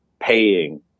paying